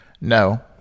No